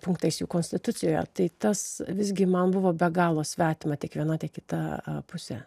punktais jų konstitucijoje tai tas visgi man buvo be galo svetima tiek viena tiek kita pusė